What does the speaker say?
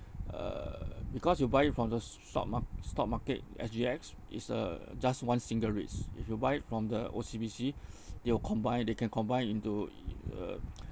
uh because you buy it from the stock stock market S_G_X is uh just one single REITs if you buy it from the O_C_B_C they will combine they can combine into uh